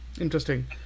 Interesting